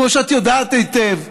כמו שאת יודעת היטב,